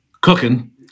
cooking